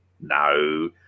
No